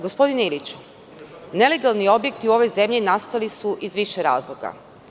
Gospodine Iliću, nelegalni objekti u ovoj zemlji nastali su iz više razloga.